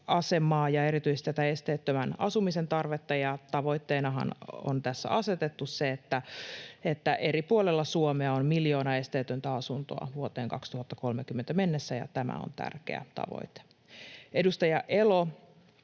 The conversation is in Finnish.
ja erityisesti esteettömän asumisen tarvetta. Tavoitteeksihan on tässä asetettu se, että eri puolilla Suomea on miljoona esteetöntä asuntoa vuoteen 2030 mennessä, ja tämä on tärkeä tavoite. Edustaja Elo